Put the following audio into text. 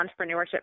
entrepreneurship